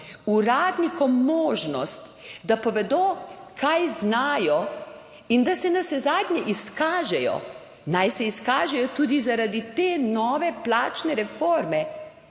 uradnikom možnost, da povedo, kaj znajo in da se navsezadnje izkažejo. Naj se izkažejo tudi zaradi te nove plačne reforme